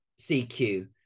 CQ